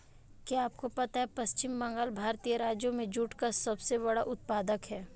क्या आपको पता है पश्चिम बंगाल भारतीय राज्यों में जूट का सबसे बड़ा उत्पादक है?